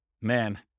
man